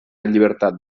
llibertat